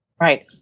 Right